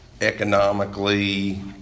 economically